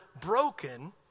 broken